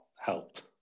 helped